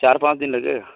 चार पाँच दिन लगेगा